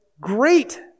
great